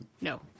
No